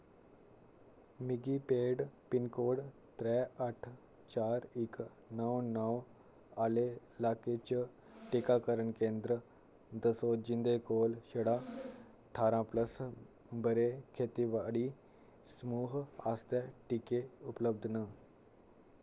मिगी पेड पिनकोड त्रै अट्ठ चार इक नौ नौ आह्ले लाके च टीकाकरण केंदर दस्सो जिं'दे कोल छड़ा ठारां प्लस ब'रे खेतीबाड़ी समूह् आस्तै टीके उपलब्ध न